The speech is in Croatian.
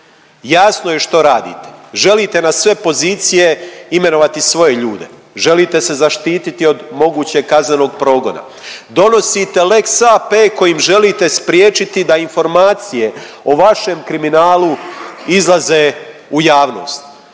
Jasno je što radite, želite na sve pozicije imenovati svoje ljude. Želite se zaštititi od mogućeg kaznenog progona. Donosite lex AP kojim želite spriječiti da informacije o vašem kriminalu izlaze u javnost.